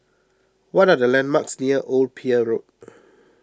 what are the landmarks near Old Pier Road